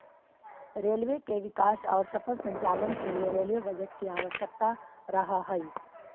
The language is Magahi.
रेलवे के विकास औउर सफल संचालन के लिए रेलवे बजट के आवश्यकता रहऽ हई